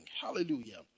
Hallelujah